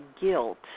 guilt